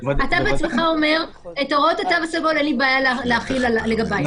אתה בעצמך אומר: את הוראות התו הסגול אין לי בעיה להחיל לגביי,